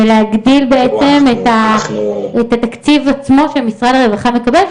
ולהגדיל בעצם את התקציב עצמו שמשרד הרווחה מקבל,